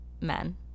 men